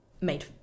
made